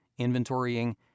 inventorying